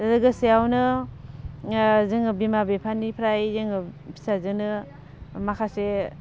लोगोसेयावनो जोङो बिमा बिफानिफ्राय जोङो फिसाजोनो माखासे